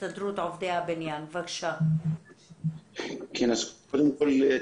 קודם כול,